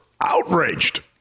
outraged